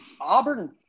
Auburn